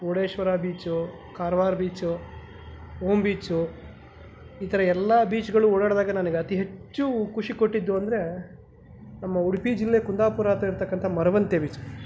Murdeshwar beach Karwar beach Om beach ಈ ಥರ ಎಲ್ಲ ಬೀಚ್ಗಳು ಒಡಾಡಿದಾಗ ನನಗೆ ಅತಿ ಹೆಚ್ಚು ಖುಷಿ ಕೊಟ್ಟಿದ್ದು ಅಂದರೆ ನಮ್ಮ ಉಡುಪಿ ಜಿಲ್ಲೆ ಕುಂದಾಪುರ ಹತ್ತಿರ ಇರ್ತಕ್ಕಂಥ ಮರವಂತೆ ಬೀಚ್